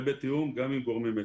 ובתיאום גם אם גורמי מצ"ח.